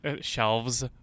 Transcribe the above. shelves